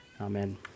Amen